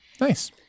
Nice